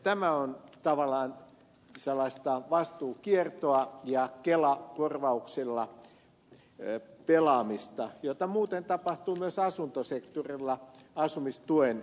tämä on tavallaan sellaista vastuun kiertoa ja kelakorvauksilla pelaamista jota muuten tapahtuu myös asuntosektorilla asumistuen näkökulmasta